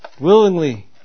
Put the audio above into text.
willingly